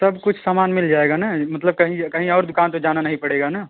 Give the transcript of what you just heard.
सब कुछ सामान मिल जाएगा ना मतलब कहीं कहीं और दुकान तो जाना नहीं पड़ेगा ना